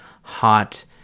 hot